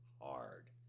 Hard